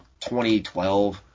2012